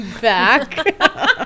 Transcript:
back